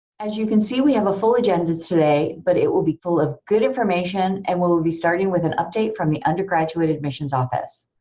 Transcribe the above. as you can see we have a full agenda today, but it will be full of good information, and we will be starting with an update from the undergraduate admissions office.